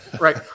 right